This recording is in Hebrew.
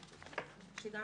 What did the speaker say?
שגם